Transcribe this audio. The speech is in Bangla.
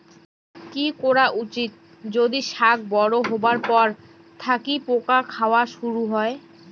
কি করা উচিৎ যদি শাক বড়ো হবার পর থাকি পোকা খাওয়া শুরু হয়?